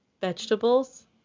vegetables